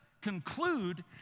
conclude